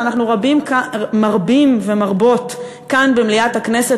שאנחנו מרבים ומרבות כאן במליאת הכנסת